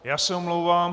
Já se omlouvám.